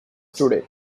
today